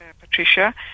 Patricia